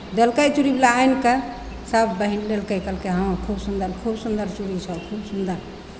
देलकै चूड़ीवला आनि कऽ सभ पहिन लेलकै कहलकै हँ खूब सुन्दर खूब सुन्दर चूड़ी छौ खूब सुन्दर